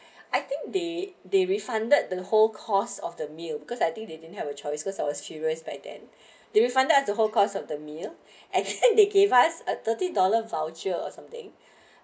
I think they they refunded the whole cost of the meal because I think they didn't have a choice cause I was curious by then did we find out the whole cost of the meal actually they gave us a thirty dollar voucher or something